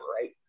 right